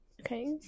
Okay